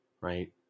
Right